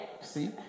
See